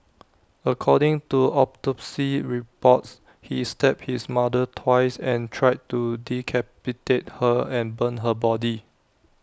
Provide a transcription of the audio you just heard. according to autopsy reports he stabbed his mother twice and tried to decapitate her and burn her body